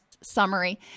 summary